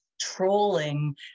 trolling